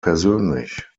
persönlich